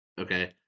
Okay